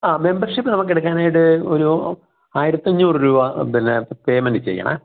ആ മെമ്പര്ഷിപ്പ് നമുക്കെടുക്കാനായിട്ട് ഒരു ആയിരത്തഞ്ഞൂറു രൂപ പിന്നെ പേയ്മെന്റ് ചെയ്യണം